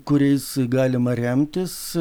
kuriais galima remtis